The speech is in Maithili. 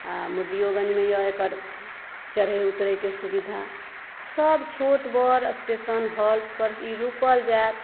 आ मुरलियोगन्जमे अछि एकर चढ़े उतरयके सुविधा सभ छोट बड़ स्टेशन हाल्ट पर ई रूकल जायत